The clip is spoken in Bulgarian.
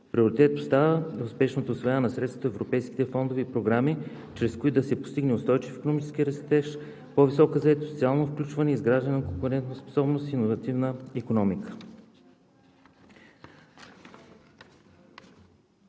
Приоритет остава и успешното усвояване на средствата от европейските фондове и програми, чрез които да се постигне устойчив икономически растеж, по-висока заетост, социално включване, изграждане на конкурентоспособна и иновативна икономика.